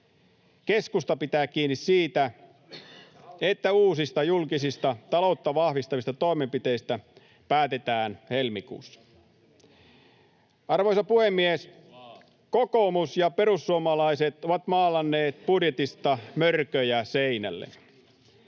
Keskusta pitää kiinni siitä, että uusista julkista taloutta vahvistavista toimenpiteistä päätetään helmikuussa. Arvoisa puhemies! Kokoomus ja perussuomalaiset ovat maalanneet budjetista mörköjä seinälle.